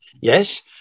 Yes